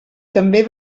també